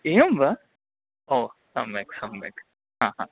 एवं वा ओ सम्यक् सम्यक् हा हा